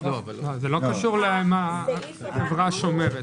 זה לא קשור לשאלה אם החברה שומרת.